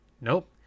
Nope